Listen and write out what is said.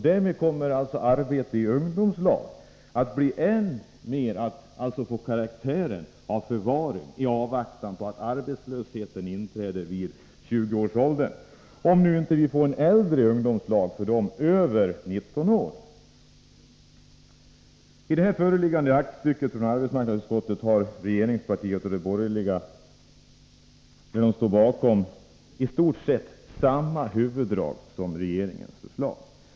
Därmed kommer arbete i ungdomslag att än mer få karaktären av förvaring i avvaktan på att arbetslösheten inträder för dem i 20-årsåldern, om de inte får en ”äldre ungdomslag” för dem som är över 19 år. Det nu föreliggande aktstycket från arbetsmarknadsutskottet, som regeringspartiet och de borgerliga står bakom, har i stort sett samma huvuddrag som regeringens förslag.